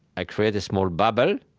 i create a small bubble,